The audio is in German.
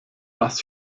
was